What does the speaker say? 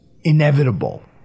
inevitable